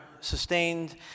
sustained